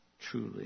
Truly